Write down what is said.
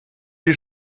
die